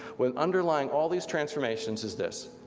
when underlying all these transformations is this,